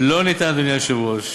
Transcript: לא ניתן, אדוני היושב-ראש,